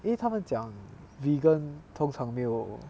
因为他们讲 vegan 通常没有